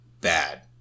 bad